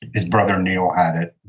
his brother, neil, had it.